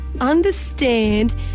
understand